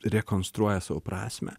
rekonstruoja savo prasmę